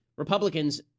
Republicans